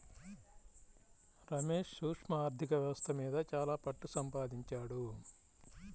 రమేష్ సూక్ష్మ ఆర్ధిక వ్యవస్థ మీద చాలా పట్టుసంపాదించాడు